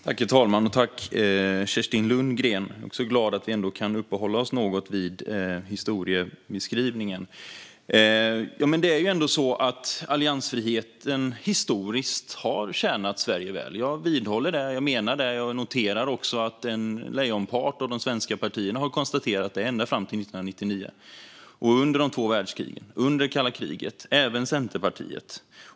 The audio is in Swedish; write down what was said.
Herr talman! Jag är glad att vi kan uppehålla oss något vid historiebeskrivningen. Det är ändå så att alliansfriheten historiskt har tjänat Sverige väl. Jag vidhåller det. Jag menar det. Jag noterar också att lejonparten av de svenska partierna har konstaterat det ända fram till 1999 - under de två världskrigen, under kalla kriget. Det gäller även Centerpartiet.